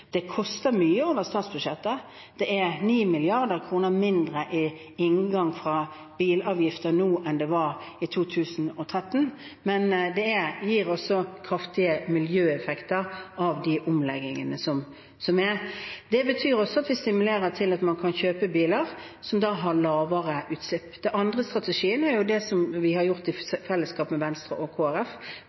Det koster mye over statsbudsjettet. Det er 9 mrd. kr mindre i inngang fra bilavgifter nå enn det var i 2013, men det er kraftige miljøeffekter av de omleggingene som skjer. Det betyr også at vi stimulerer til at man kan kjøpe biler som har lavere utslipp. Den andre strategien er det som vi har gjort i fellesskap med Venstre og